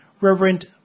Reverend